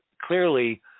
clearly